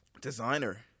designer